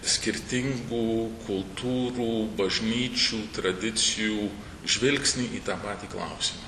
skirtingų kultūrų bažnyčių tradicijų žvilgsnį į tą patį klausimą